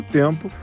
tempo